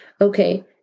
okay